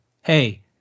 Hey